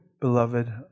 beloved